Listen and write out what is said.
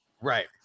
Right